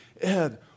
Ed